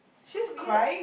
so weird